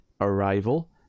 Arrival